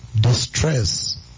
Distress